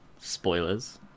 Spoilers